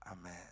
Amen